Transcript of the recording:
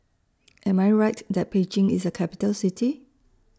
Am I Right that Beijing IS A Capital City